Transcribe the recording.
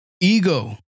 ego